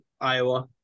Iowa